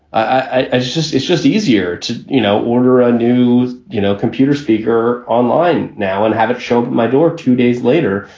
i just it's just easier to you know order a new you know computer speaker online now and have it show up at my door two days later.